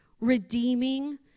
redeeming